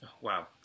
Wow